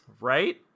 Right